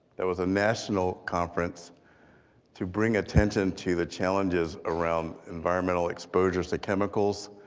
there was a national conference to bring attention to the challenges around environmental exposures to chemicals,